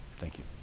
thank you.